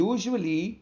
Usually